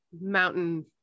mountain